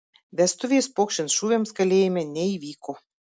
vestuvės pokšint šūviams kalėjime neįvyko